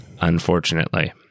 Unfortunately